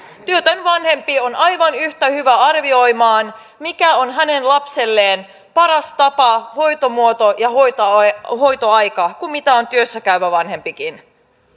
työtön vanhempi on aivan yhtä hyvä arvioimaan mikä on hänen lapselleen paras tapa hoitomuoto ja hoitoaika kuin on työssäkäyvä vanhempikin